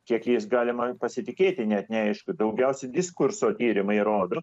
kiek jais galima pasitikėti net neaišku daugiausiai diskurso tyrimai rodo